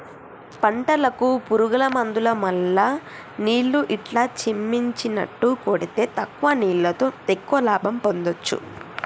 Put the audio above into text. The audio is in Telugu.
పంటలకు పురుగుల మందులు మల్ల నీళ్లు ఇట్లా చిమ్మిచినట్టు కొడితే తక్కువ నీళ్లతో ఎక్కువ లాభం పొందొచ్చు